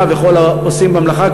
אתה וכל העושים במלאכה,